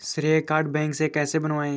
श्रेय card bank से कैसे बनवाएं?